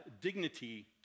dignity